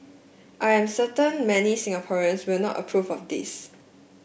I am certain many Singaporeans will not approve of this